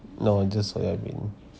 no just soya bean